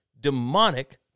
demonic